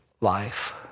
life